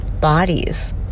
bodies